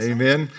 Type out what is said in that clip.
Amen